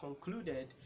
concluded